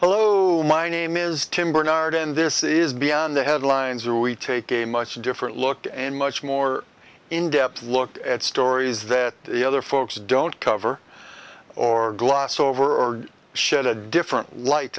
hello my name is tim barnard and this is beyond the headlines are we taking a much different look and much more in depth look at stories that the other folks don't cover or gloss over or shed a different light